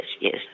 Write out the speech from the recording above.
yes